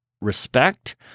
Respect